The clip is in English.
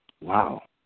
Wow